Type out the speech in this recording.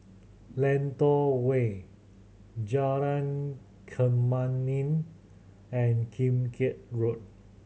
Lentor Way Jalan Kemuning and Kim Keat Road